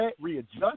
readjust